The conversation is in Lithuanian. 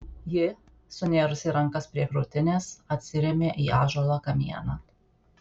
ji sunėrusi rankas prie krūtinės atsirėmė į ąžuolo kamieną